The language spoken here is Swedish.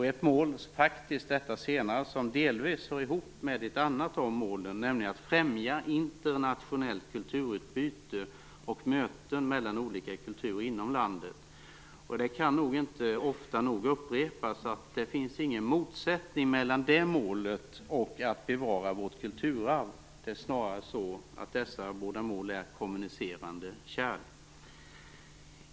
Det senare målet hör delvis ihop med ett annat av målen, nämligen att främja internationellt kulturutbyte och möten mellan olika kulturer inom landet. Det kan inte ofta nog upprepas att det inte finns någon motsättning mellan det målet och att bevara vårt kulturarv. Det är snarast så att dessa båda mål är kommunicerande kärl.